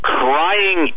crying